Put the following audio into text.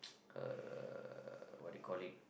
uh what do you call it